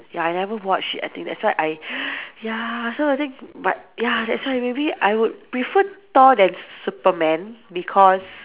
ya I never watch it I think that's why I ya so I think but ya that's why maybe I would prefer Thor than Superman because